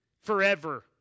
Forever